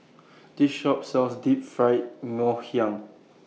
This Shop sells Deep Fried Ngoh Hiang